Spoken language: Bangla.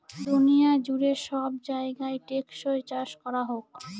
দুনিয়া জুড়ে সব জায়গায় টেকসই চাষ করা হোক